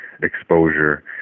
Exposure